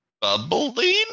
bubbling